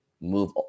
move